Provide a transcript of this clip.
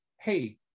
hey